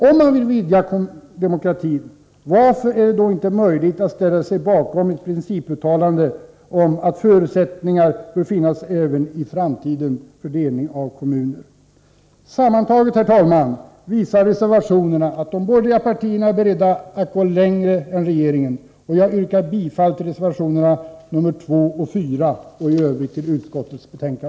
Om man vill vidga demokratin, varför är det då inte möjligt att ställa sig bakom ett principuttalande, att om förutsättningar finns bör det även i framtiden vara möjligt att dela kommuner? Sammantaget, herr talman, visar reservationerna att de borgerliga partierna är beredda att gå längre än regeringen, och jag yrkar bifall till reservationerna 2 och 4 och i övrigt till utskottets hemställan.